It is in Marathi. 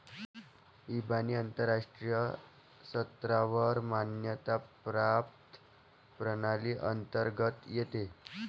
इबानी आंतरराष्ट्रीय स्तरावर मान्यता प्राप्त प्रणाली अंतर्गत येते